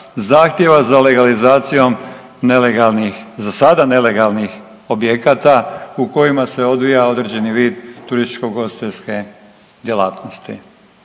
zahtjeva za legalizacijom nelegalnih, za sada nelegalnih objekata u kojima se odvija određeni vid turističko ugostiteljske djelatnosti.